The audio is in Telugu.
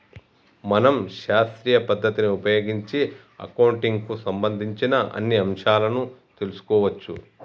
మనం శాస్త్రీయ పద్ధతిని ఉపయోగించి అకౌంటింగ్ కు సంబంధించిన అన్ని అంశాలను తెలుసుకోవచ్చు